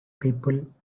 people